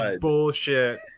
bullshit